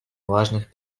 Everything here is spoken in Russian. важных